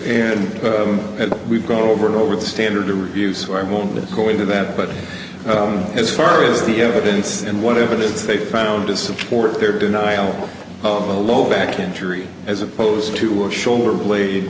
right and we've gone over and over the standard to review so i won't go into that but as far as the evidence and what evidence they found to support their denial of the low back injury as opposed to a shoulder blade